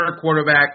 quarterback